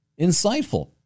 insightful